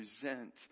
present